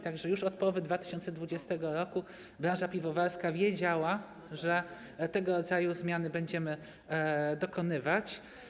Tak że już od połowy 2020 r. branża piwowarska wiedziała, że tego rodzaju zmian będziemy dokonywać.